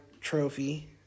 Trophy